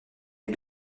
les